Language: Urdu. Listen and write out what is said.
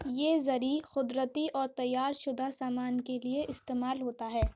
یہ زرعی قدرتی اور تیار شدہ سامان کے لیے استعمال ہوتا ہے